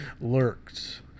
lurked